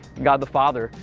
god the father,